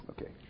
Okay